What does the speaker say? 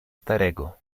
starego